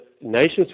nations